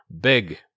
big